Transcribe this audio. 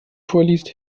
vorliest